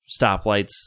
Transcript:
stoplights